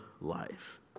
life